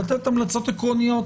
לתת המלצות עקרוניות